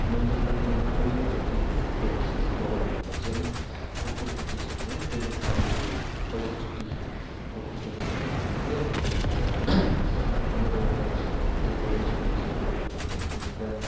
मैले पहिलोचोटि फोटो खिचेको भनेको चाहिँ कुकुरको खिचेको थिएँ है पहिलोपट्टि मैले पहिलोचोटि कुकुरको फोटो खिचेको थिएँ अनि म मेरो उमेर त्यो पहिलोचोटि कुकुरको फोटो खिच्दा